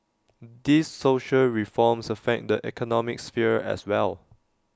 these social reforms affect the economic sphere as well